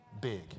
big